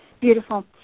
Beautiful